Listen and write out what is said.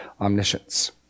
omniscience